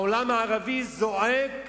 העולם הערבי זועק